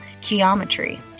geometry